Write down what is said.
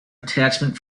attachment